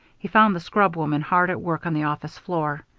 he found the scrub-woman hard at work on the office floor.